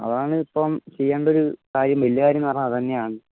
അതാണ് ഇപ്പോള് ചെയ്യേണ്ട ഒരു കാര്യം വലിയ കാര്യമെന്നുപറഞ്ഞാല് അതു തന്നെയാണ്